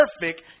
perfect